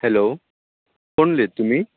hello कोण उलयता तुमी